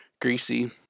greasy